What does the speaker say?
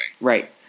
Right